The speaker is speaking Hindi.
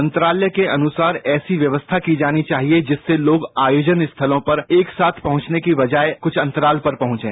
मंत्रालय के अनुसार ऐसी व्यवस्था की जानी चाहिए जिससे लोग आयोजन स्थलों पर एक साथ पहुंचने की बजाय कुछ अंतराल पर पहुंचें